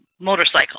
motorcycle